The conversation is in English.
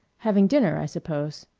having dinner, i suppose.